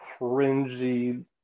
cringy